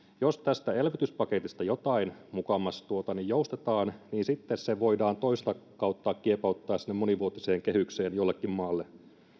jos tästä elvytyspaketista jotain mukamas joustetaan niin sitten se voidaan toista kautta kiepauttaa sinne monivuotiseen kehykseen jollekin maalle